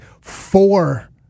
four